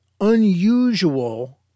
unusual